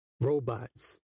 Robots